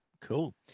Cool